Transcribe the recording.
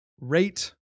Rate